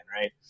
right